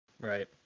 right